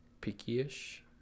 picky-ish